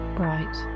bright